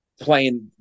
playing